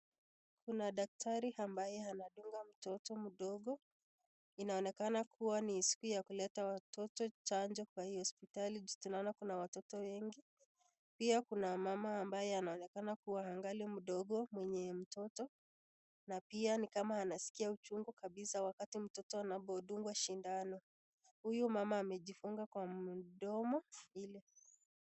Kuna daktari ambaye anadunga mtoto mdogo inaonekana ni siku ya kuleta watoto chanjo Kwa hii hospitali tunaona kuna watoto wengi pia Kuna mama ambaye anonekana kuwa angali mtoto mdogo mwenye mtoto na pia ni kama anasikia uchungu kabisa wakati mtoto anapadungwa sindano, huyu mama amejifunga kwa mdomo hili